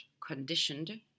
conditioned